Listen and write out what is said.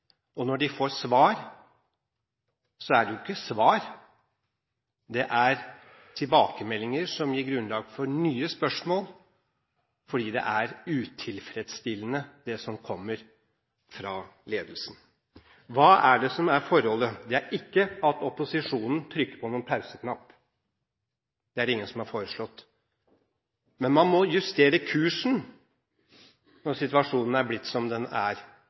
og når de får svar, er det jo ikke svar – det er tilbakemeldinger som gir grunnlag for nye spørsmål, fordi det er utilfredsstillende det som kommer fra ledelsen. Hva er det som er forholdet? Det er ikke at opposisjonen trykker på noen pauseknapp – det er det ingen som har foreslått. Men man må justere kursen når situasjonen er blitt som den er.